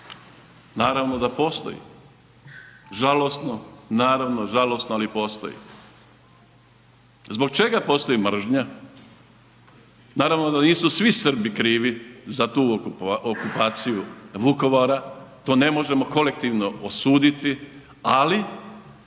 Naravno da postoji, žalosno, naravno žalosno ali postoji. Zbog čega postoji mržnja? Naravno da nisu svi Srbi krivi za tu okupaciju Vukovara, to ne možemo kolektivno osuditi, ali